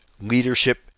leadership